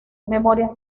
memorias